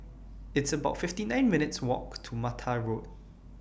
It's about fifty nine minutes' Walk to Mattar Road